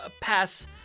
pass